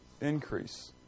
Increase